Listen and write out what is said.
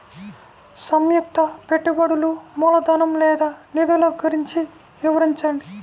సంయుక్త పెట్టుబడులు మూలధనం లేదా నిధులు గురించి వివరించండి?